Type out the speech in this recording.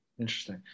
Interesting